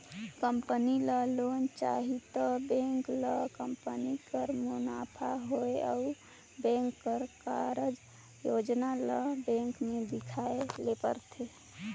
company ल loan चाही त बेंक ल कंपनी कर मुनाफा होए अउ बेंक के कारज योजना ल बेंक में देखाए ले परथे